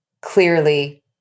clearly